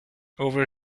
over